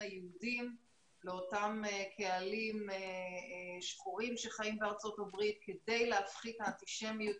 היהודים לאותם קהלים שחורים שחיים בארצות הברית כדי להפחית את האנטישמיות,